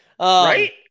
right